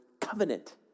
covenant